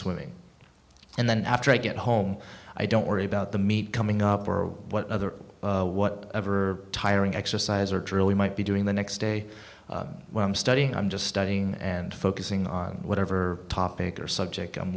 swimming and then after i get home i don't worry about the meat coming up or what other what ever tiring exercise or to really might be doing the next day when i'm studying i'm just studying and focusing on whatever topic or subject i'm